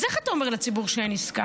אז איך אתה אומר לציבור שאין עסקה?